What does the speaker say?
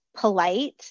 polite